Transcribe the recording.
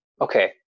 Okay